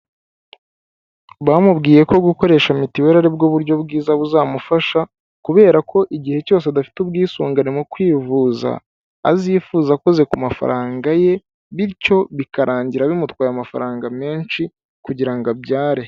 Bamubwiye ko gukoresha mituweli ari bwo buryo bwiza buzamufasha kubera ko igihe cyose adafite ubwisungane mu kwivuza, azifuza akoze ku mafaranga ye, bityo bikarangira bimutwaye amafaranga menshi kugira ngo abyare.